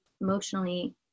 emotionally